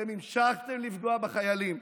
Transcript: אתם המשכתם לפגוע בחיילים.